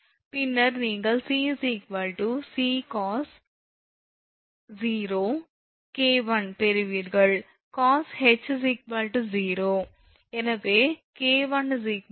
பின்னர் நீங்கள் 𝑐 𝑐 கோஷ் 𝐾1 பெறுவீர்கள் cosh0 1 எனவே 𝐾1 0 𝑐 𝑐𝐾1